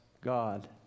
God